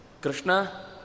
Krishna